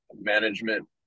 management